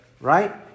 Right